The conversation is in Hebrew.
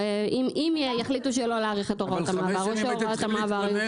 אם יחליטו שלא להאריך את הוראות המעבר או שהוראות המעבר היו